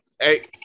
Hey